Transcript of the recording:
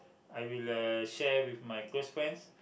I will uh share with my close friends